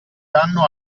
danno